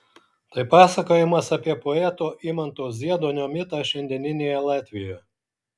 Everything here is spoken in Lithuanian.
tai pasakojimas apie poeto imanto zieduonio mitą šiandieninėje latvijoje